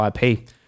IP